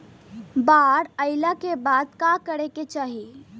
बाढ़ आइला के बाद का करे के चाही?